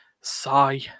sigh